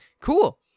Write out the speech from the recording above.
cool